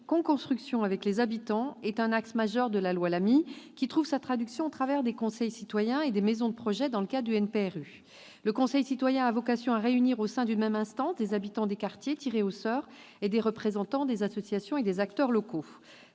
de coconstruction avec les habitants est un axe majeur de la loi Lamy, qui trouve sa traduction au travers des conseils citoyens et des maisons de projet dans le cadre du NPNRU. Le conseil citoyen a pour vocation de réunir, au sein d'une même instance, des habitants des quartiers tirés au sort et des représentants des associations, comme des acteurs locaux.